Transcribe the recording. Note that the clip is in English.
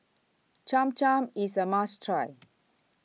Cham Cham IS A must Try